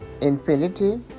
Infinity